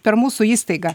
per mūsų įstaigą